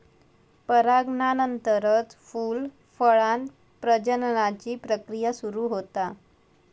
परागनानंतरच फूल, फळांत प्रजननाची प्रक्रिया सुरू होता